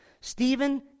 Stephen